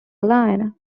lion